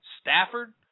Stafford